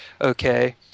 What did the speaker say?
Okay